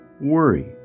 worry